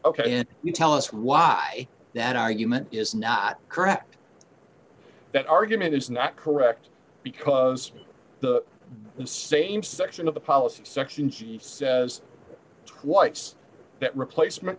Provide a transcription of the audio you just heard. if you tell us why that argument is not correct that argument is not correct because the d same section of the policy section she says twice that replacement